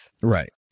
Right